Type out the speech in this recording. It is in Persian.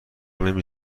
نمی